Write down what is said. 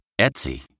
Etsy